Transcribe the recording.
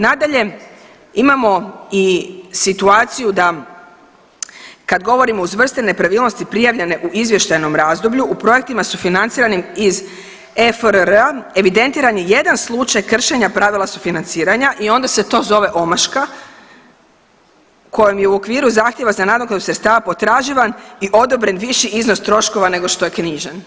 Nadalje imamo i situaciju da kad govorimo uz vrste nepravilnosti prijavljene u izvještajnom razdoblju, u projektima sufinanciranim iz EFRR-a, evidentiran je jedan slučaj kršenja pravila sufinanciranja i onda se to omaška kojom je u okviru zahtjeva za nadoknadu sredstava potraživan i odobren viši iznos troškova nego što je knjižen.